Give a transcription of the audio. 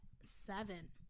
seven